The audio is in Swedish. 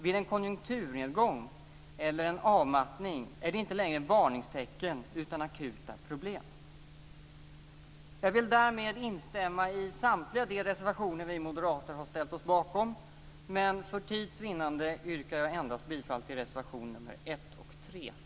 Vid en konjunkturnedgång, eller en avmattning, är det inte längre varningstecken utan akuta problem. Jag vill därmed instämma i samtliga de reservationer som vi moderater har ställt oss bakom, men för tids vinnande yrkar jag bifall endast till reservationerna 1 och 3. Tack!